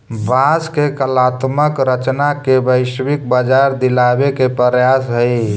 बाँस के कलात्मक रचना के वैश्विक बाजार दिलावे के प्रयास हई